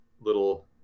Little